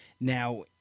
Now